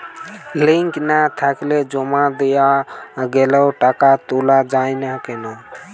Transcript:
Link না থাকলে জমা দেওয়া গেলেও টাকা তোলা য়ায় না কেন?